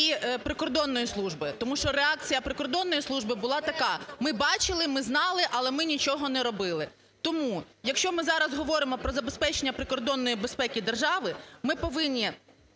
і прикордонної служби. Тому що реакція прикордонної служби була така, ми бачили, ми знали, але ми нічого не робили. Тому, якщо ми зараз говоримо про забезпечення прикордонної безпеки держави, ми повинні